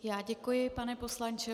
Já děkuji, pane poslanče.